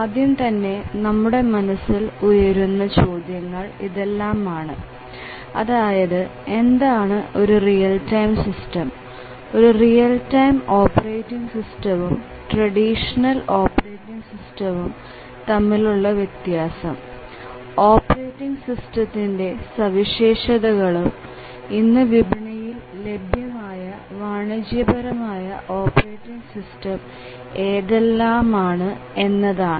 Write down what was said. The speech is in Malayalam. ആദ്യം തന്നെ നമ്മുടെ മനസ്സിൽ ഉയരുന്ന ചോദ്യങ്ങൾ ഇതെല്ലാമാണ് അതായത് എന്താണ് ഒരു റിയൽ ടൈം സിസ്റ്റം ഒരു റിയൽ ടൈം ഓപ്പറേറ്റിംഗ് സിസ്റ്റവും ട്രഡീഷണൽ ഓപ്പറേറ്റിംഗ് സിസ്റ്റവും തമ്മിലുള്ള വ്യത്യാസം ഓപ്പറേറ്റിംഗ് സിസ്റ്റംത്തിന്ടെ സവിശേഷതകലും ഇന്ന് വിപണിയിൽ ലഭ്യമായ വാണിജ്യപരമായ ഓപ്പറേറ്റിങ് സിസ്റ്റം ഏതെല്ലാമാണ് എന്നതാണ്